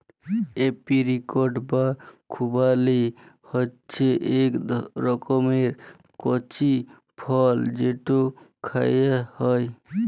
apricot বা খুবালি হছে ইক রকমের কঁচি ফল যেট খাউয়া হ্যয়